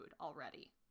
already